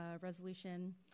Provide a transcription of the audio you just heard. resolution